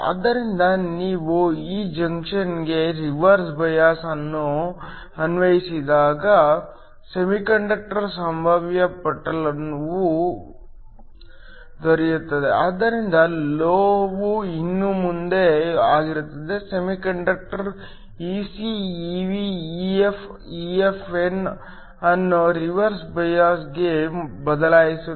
ಆದ್ದರಿಂದ ನಾವು ಈ ಜಂಕ್ಷನ್ಗೆ ರಿವರ್ಸ್ ಬಯಾಸ್ ಅನ್ನು ಅನ್ವಯಿಸಿದಾಗ ಸೆಮಿಕಂಡಕ್ಟರ್ ಸಂಭಾವ್ಯ ಪಲ್ಲಟಗಳು ದೊರೆಯುತ್ತದೆ ಆದ್ದರಿಂದ ಲೋಹವು ಇನ್ನೂ ಒಂದೇ ಆಗಿರುತ್ತದೆ semiconductor Ec Ev EF EFn ಅನ್ನು ರಿವರ್ಸ್ ಬಯಾಸ್ಗೆ ಬದಲಾಯಿಸುತ್ತದೆ